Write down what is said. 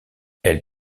elle